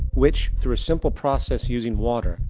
which, through a simple process using water,